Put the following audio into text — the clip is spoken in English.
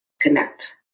connect